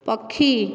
ପକ୍ଷୀ